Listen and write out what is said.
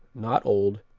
not old,